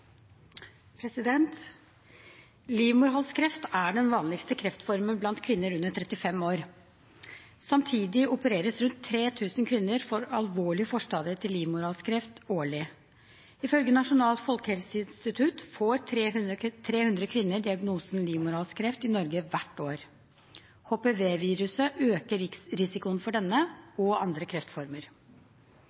den vanligste kreftformen blant kvinner under 35 år. Samtidig opereres rundt 3 000 kvinner for alvorlige forstadier til livmorhalskreft årlig. Ifølge Nasjonalt folkehelseinstitutt får 300 kvinner diagnosen livmorhalskreft i Norge hvert år. HPV-viruset øker risikoen for denne og andre kreftformer.